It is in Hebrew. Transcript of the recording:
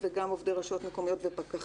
עובד רשות מקומית שהוסמך לפי